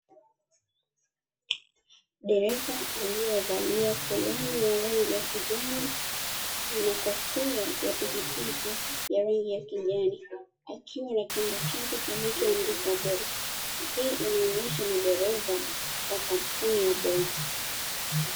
Dereva alievalia fulani ya rangi ya kijani na kofia ya pikipiki ya rangi ya kijani, akiwa na chombo chake kilichoandikwa bolt hii inaonyesha ni dereva wa kampuni ya bolt.